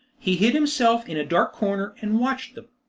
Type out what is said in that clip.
he hid himself in a dark corner, and watched them.